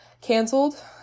canceled